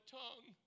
tongue